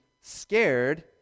scared